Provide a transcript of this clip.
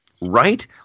Right